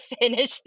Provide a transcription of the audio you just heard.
finish